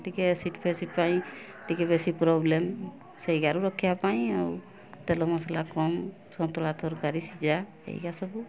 ଟିକେ ଏସିଡ଼୍ ଫେସିଡ଼୍ ଟିକେ ବେଶୀ ପ୍ରୋବ୍ଲେମ୍ ସେହିଗାରୁ ରକ୍ଷା ପାଇଁ ଆଉ ତେଲ ମସଲା କମ୍ ସନ୍ତୁଳା ତରକାରୀ ସିଝା ଏଇଆ ସବୁ